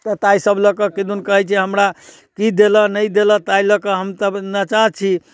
तऽ ताहि सब लऽ कऽ किदुन कहैत छै हमरा कि देलऽ नहि देलऽ ताहि लऽ के हम तऽ नचा छी